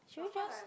should we just